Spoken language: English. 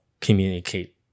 communicate